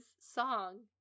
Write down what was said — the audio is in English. song